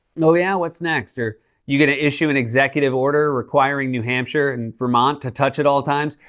oh, yeah, what's next? are you get to issue an executive order requiring new hampshire and vermont to touch at all times?